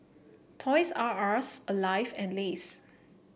Toys R Us Alive and Lays